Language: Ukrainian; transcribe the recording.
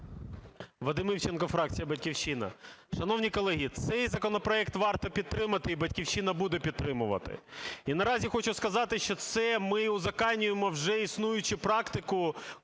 Вадим Івченко, фракція "Батьківщина". Шановні колеги, цей законопроект варто підтримати, і "Батьківщина" буде підтримувати. І наразі хочу сказати, що це ми узаконюємо вже існуючу практику,